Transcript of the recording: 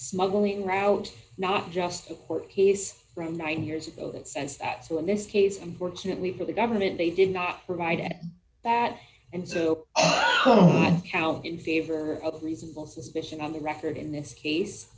smuggling route not just a court case from nine years ago that says that so in this case unfortunately for the government they did not provide at that and so the count in favor of reasonable suspicion on the record in this case